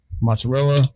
mozzarella